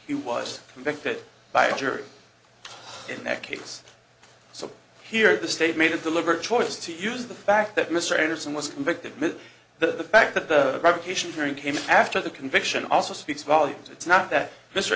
he was convicted by a jury in that case so here the state made a deliberate choice to use the fact that mr anderson was convicted the fact that the revocation hearing came after the conviction also speaks volumes it's not that mr